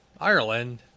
Ireland